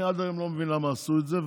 ואני עד היום לא מבין למה עשו את זה.